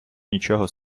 нічого